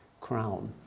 crown